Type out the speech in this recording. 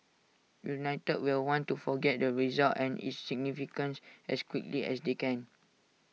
united will want to forget the result and its significance as quickly as they can